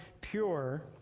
pure